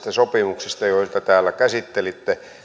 sopimukset joita täällä käsittelitte